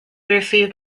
received